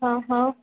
હહ